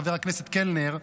חבר הכנסת קלנר,